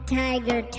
tiger